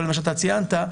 כל מה שאתה ציינת,